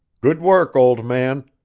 good work, old man,